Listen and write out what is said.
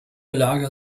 lager